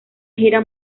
gira